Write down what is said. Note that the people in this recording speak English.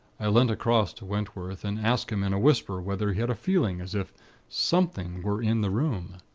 i leant across to wentworth, and asked him in a whisper whether he had a feeling as if something were in the room.